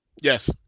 Yes